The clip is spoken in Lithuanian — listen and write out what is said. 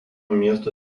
miesto